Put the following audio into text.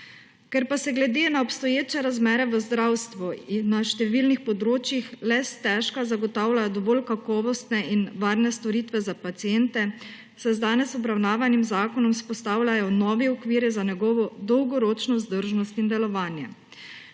Ker pa se glede na obstoječe razmere v zdravstvu in na številnih področjih le stežka zagotavljajo dovolj kakovostne in varne storitve za paciente, se z danes obravnavanim zakonom vzpostavljajo novi okvirji za njegovo dolgoročno vzdržnost in delovanje.